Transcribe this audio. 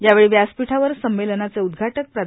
यावेळी व्यासपीठावर संमेलनाचे उद्घाटक प्रा